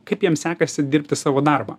kaip jam sekasi dirbti savo darbą